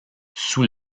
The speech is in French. sous